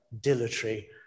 dilatory